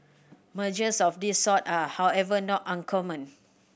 mergers of this sort are however not uncommon